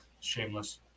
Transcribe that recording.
shameless